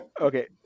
Okay